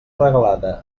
regalada